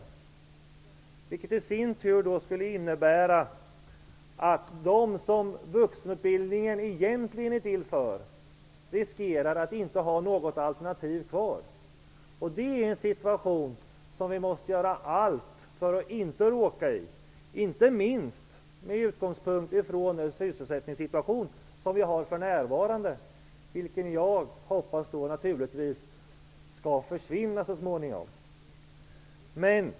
Det kan i sin tur innebära att de som vuxenutbildningen egentligen avser inte har något alternativ kvar. Vi måste göra allt för att inte råka i en sådan situation, inte minst med tanke på den sysselsättningssituation som vi för närvarande har. Jag hoppas naturligtvis att den så småningom skall förändras.